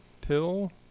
pill